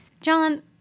John